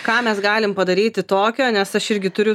ką mes galim padaryti tokio nes aš irgi turiu